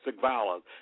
violence